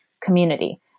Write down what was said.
community